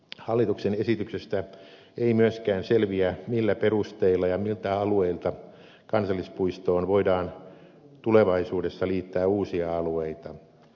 hallituksen esityksestä ei myöskään selviä millä perusteilla ja miltä alueilta kansallispuistoon voidaan tulevaisuudessa liittää uusia alueita